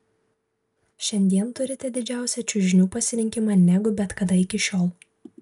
šiandien turite didžiausią čiužinių pasirinkimą negu bet kada iki šiol